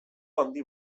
handi